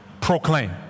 proclaim